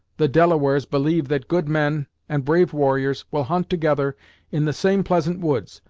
the delawares believe that good men and brave warriors will hunt together in the same pleasant woods,